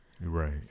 Right